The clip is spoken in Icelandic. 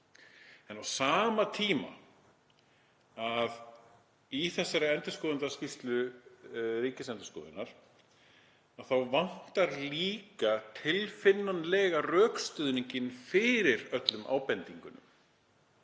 En á sama tíma í þessari endurskoðunarskýrslu Ríkisendurskoðunar þá vantar líka tilfinnanlega rökstuðninginn fyrir öllum ábendingunum.